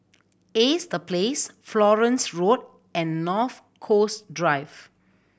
Ace The Place Florence Road and North Coast Drive